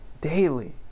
daily